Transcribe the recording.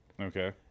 Okay